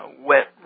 wet